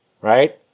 Right